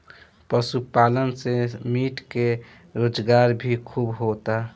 पशुपालन से मीट के रोजगार भी खूब होता